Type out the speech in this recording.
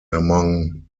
among